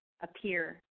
appear